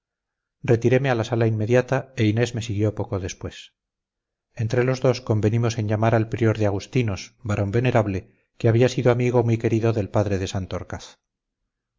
retireme a la sala inmediata e inés me siguió poco después entre los dos convenimos en llamar al prior de agustinos varón venerable que había sido amigo muy querido del padre de